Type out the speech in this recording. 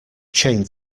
chained